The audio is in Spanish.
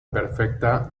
perfecta